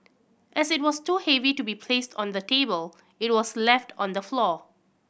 as it was too heavy to be placed on the table it was left on the floor